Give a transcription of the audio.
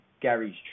Gary's